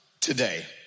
today